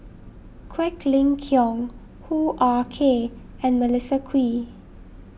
Quek Ling Kiong Hoo Ah Kay and Melissa Kwee